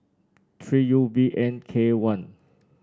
three U V N K one